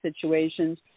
situations